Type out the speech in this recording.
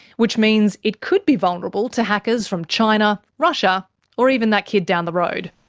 which means it could be vulnerable to hackers from china, russia or even that kid down the road.